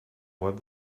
web